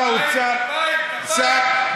כפיים, כפיים, כפיים.